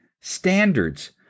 standards